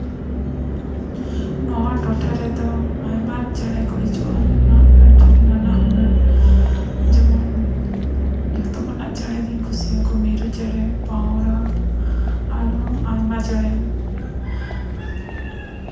ᱱᱚᱣᱟ ᱴᱚᱴᱷᱟ ᱨᱮᱫᱚ ᱟᱭᱢᱟ ᱪᱮᱬᱮ ᱠᱚ ᱦᱤᱡᱩᱜ ᱟᱠᱚ ᱟᱨᱠᱤ ᱱᱟᱱᱟ ᱦᱩᱱᱟᱹᱨ ᱡᱮᱢᱚᱱ ᱡᱚᱛᱚᱠᱷᱚᱱᱟᱜ ᱪᱮᱬᱮ ᱫᱚᱧ ᱠᱩᱥᱤᱭᱟᱠᱚᱣᱟ ᱢᱤᱨᱩ ᱪᱮᱬᱮ ᱯᱟᱣᱨᱟ ᱟᱨ ᱟᱭᱢᱟ ᱪᱮᱬᱮ